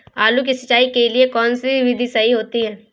आलू की सिंचाई के लिए कौन सी विधि सही होती है?